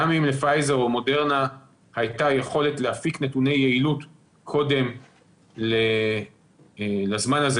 גם אם לפייזר או מודרנה הייתה יכולת להפיק נתוני יעילות קודם לזמן הזה,